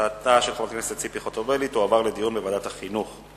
הצעתה של חברת הכנסת ציפי חוטובלי תועבר לדיון בוועדת החינוך.